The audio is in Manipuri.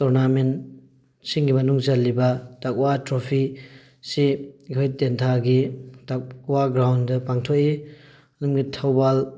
ꯇꯣꯔꯅꯥꯃꯦꯟ ꯁꯤꯡꯒꯤ ꯃꯅꯨꯡ ꯆꯜꯂꯤꯕ ꯇꯛꯋꯥ ꯇ꯭ꯔꯣꯐꯤ ꯁꯤ ꯑꯩꯈꯣꯏ ꯇꯦꯟꯊꯥꯒꯤ ꯇꯛꯋꯥ ꯒ꯭ꯔꯥꯎꯟꯗ ꯄꯥꯡꯊꯣꯛꯏ ꯑꯗꯨꯒ ꯊꯧꯕꯥꯜ